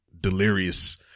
delirious